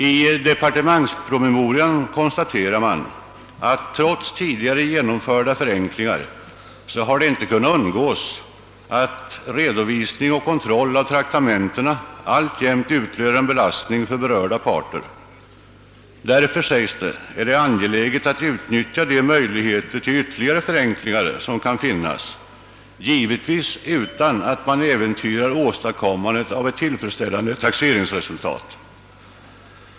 I departementspromemorian konstateras att trots tidigare genomförda förenklingar har det inte kunnat undvikas att redovisning och kontroll av traktamentsersättningar alltjämt utgör en belastning för berörda parter. Därför, säges det, är det angeläget att utnyttja de möjligheter till ytterligare förenklingar som kan finnas — givetvis utan att man äventyrar åstadkommandet av ett tillfredsställande taxeringsresultat.